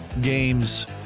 Games